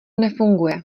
nefunguje